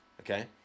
okay